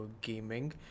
gaming